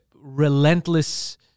relentless